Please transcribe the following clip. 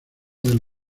del